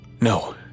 No